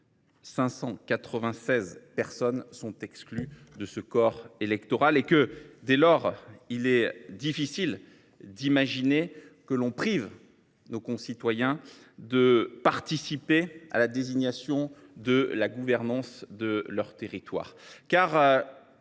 596 personnes sont exclues du corps électoral. Dès lors, il est difficile d’imaginer priver nos concitoyens de participer à la désignation de la gouvernance de leur territoire.